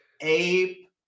Ape